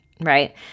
right